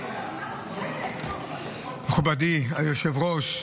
מכובדי היושב-ראש,